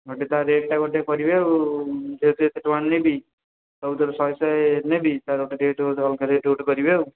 ମୋତେ ତା' ରେଟ୍ଟା ଗୋଟେ କରିବେ ଆଉ ମୁଁ ତ ଏତେ ଏତେ ଟଙ୍କାର ନେବି ସବୁଥିରୁ ଶହେ ଶହେ ନେବି ତାପରେ ମୋତେ ଟିକିଏ ଟିକିଏ ଅଲଗା ରେଟ୍ ଗୋଟିଏ କରିବେ ଆଉ